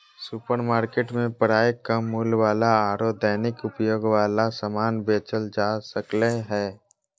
supermarket में प्रायः कम मूल्य वाला आरो दैनिक उपयोग वाला समान बेचल जा सक्ले हें